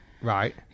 Right